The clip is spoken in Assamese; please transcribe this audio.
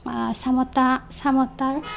চামতা চামতাৰ